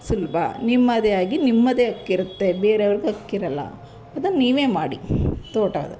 ಸುಲಭ ನಿಮ್ಮದೇ ಆಗಿ ನಿಮ್ಮದೇ ಹಕ್ಕಿರುತ್ತೆ ಬೇರೆಯವ್ರ್ಗೆ ಹಕ್ಕಿರೋಲ್ಲ ಅದನ್ನ ನೀವೇ ಮಾಡಿ ತೋಟ